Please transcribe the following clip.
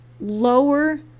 lower